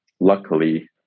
luckily